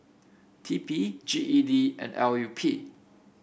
T P G E D and L U P